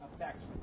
effects